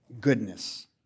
goodness